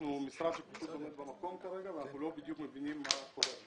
אנחנו משרד שפשוט עומד במקום כרגע ואנחנו לא בדיוק מבינים מה קורה.